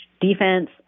defense